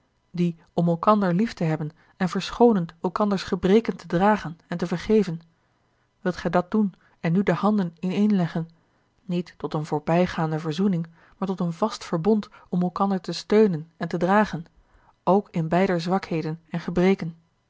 die om elkander lief te hebben en verschoonend elkanders gebreken te dragen en te vergeven wilt gij dat doen en nu de handen ineenleggen niet tot een voorbijgaande verzoening maar tot een vast verbond om elkander te steunen en te dragen ook in beider zwakheden en gebreken